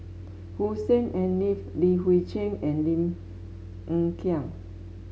Hussein Haniff Li Hui Cheng and Lim Hng Kiang